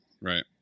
Right